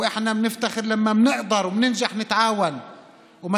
ואנו מתגאים בכך שאנו מסוגלים ומצליחים לשתף פעולה.